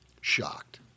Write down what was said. Shocked